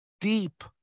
deep